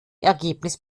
ergebnis